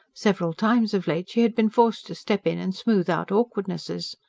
several times of late she had been forced to step in and smooth out awkwardnesses.